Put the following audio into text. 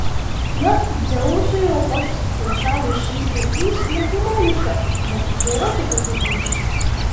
na dzeusui aukoti svetimšalius šiais laikais nehumaniška bet juk yra ir kitokių būdų